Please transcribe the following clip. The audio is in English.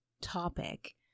topic